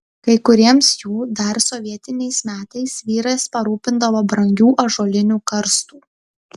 kai kuriems jų dar sovietiniais metais vyras parūpindavo brangių ąžuolinių karstų